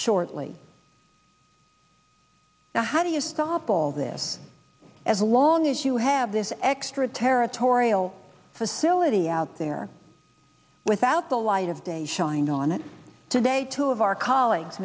shortly now how do you stop all this as long as you have this extra territorial facility out there without the light of day showing on it today two of our colleagues